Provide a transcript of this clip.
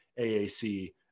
AAC